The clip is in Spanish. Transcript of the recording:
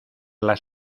las